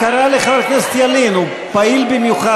כל הכבוד למי שהצביע